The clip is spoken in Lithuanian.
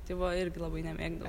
tai buvo irgi labai nemėgdavau